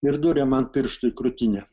ir duria man pirštu į krūtinę